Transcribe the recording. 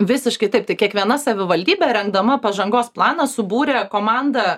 visiškai taip tai kiekviena savivaldybė rengdama pažangos planą subūrė komandą